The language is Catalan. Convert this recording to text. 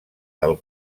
del